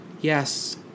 Yes